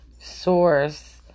source